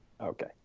Okay